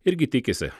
irgi tikisi